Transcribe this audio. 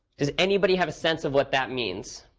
does anybody have a sense of what that means?